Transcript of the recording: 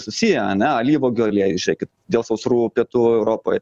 susiję ane alyvuogių aliejų žiūrėkit dėl sausrų pietų europoj